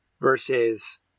versus